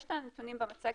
יש את הנתונים במצגת,